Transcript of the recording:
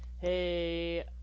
hey